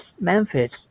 memphis